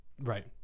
right